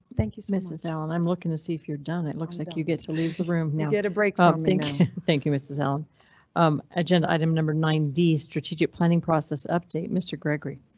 thank you mrs allan. i'm looking to see if you're done. it looks like you get to leave the room now get a break. um thank thank you mrs allan um um agenda item number nine d strategic planning process update mr gregory.